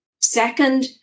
Second